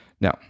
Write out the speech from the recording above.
Now